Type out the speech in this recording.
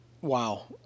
wow